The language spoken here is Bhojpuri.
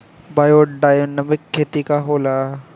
बायोडायनमिक खेती का होला?